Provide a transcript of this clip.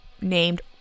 named